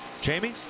jamie.